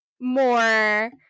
more